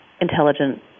intelligent